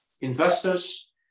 investors